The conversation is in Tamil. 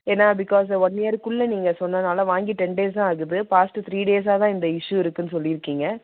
ஏன்னால் பிகாஸ் ஒன் இயருக்குள்ளே நீங்கள் சொன்னதால் வாங்கி டென் டேஸ் தான் ஆகுது பாஸ்ட்டு த்ரீ டேஸ்ஸாக தான் இந்த இஸ்யூ இருக்குன்னு சொல்லியிருக்கிங்க